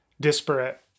disparate